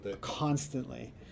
Constantly